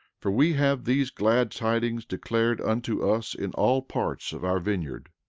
for we have these glad tidings declared unto us in all parts of our vineyard.